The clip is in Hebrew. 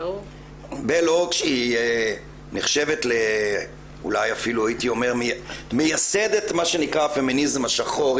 בל הוקס שנחשבת אולי אפילו הייתי אומר מייסדת מה שנקרא הפמיניזם השחור,